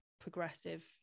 progressive